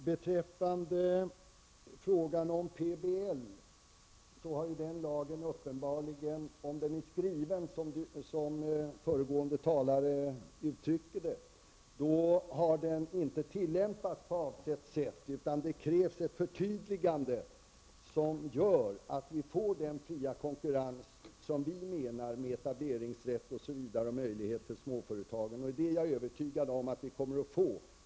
Herr talman! PBL har uppenbarligen, om den är skriven som föregående talare säger, inte tillämpats på avsett sätt. Då krävs det ett förtydligande som gör att vi får den fria konkurrens som vi menar med etableringsrätt och möjlighet för småföretagen. Jag är övertygad om att vi kommer att få det.